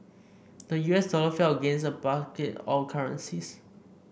the U S dollar fell against a basket of currencies